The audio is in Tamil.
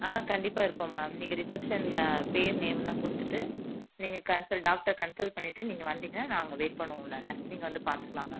ஆ கண்டிப்பாக இருப்போம் மேம் நீங்கள் ரிசப்ஷனில் பெயர் நேம்லாம் கொடுத்துட்டு நீங்கள் கன்சல்ட் டாக்டர் கன்சல்ட் பண்ணிவிட்டு நீங்கள் வந்தீங்கன்னால் நாங்கள் வெயிட் பண்ணுவோம் உள்ளாரே நீங்கள் வந்து பார்த்துக்கலாம் மேம்